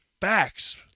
Facts